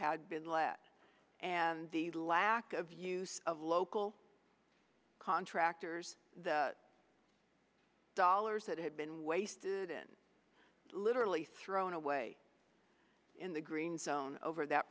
had been led and the lack of use of local contractors the dollars that had been wasted in literally thrown away in the green zone over that